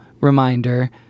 reminder